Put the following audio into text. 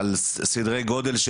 על סדרי גודל.